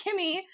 Kimmy